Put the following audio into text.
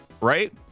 Right